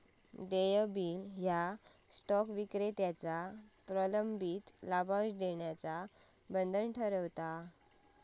देय बिल ह्या स्टॉक विक्रेत्याचो प्रलंबित लाभांश देण्याचा बंधन ठरवता